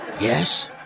yes